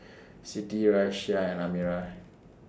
Sri Raisya and Amirah